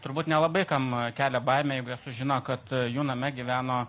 turbūt nelabai kam kelia baimę jeigu sužino kad jų name gyveno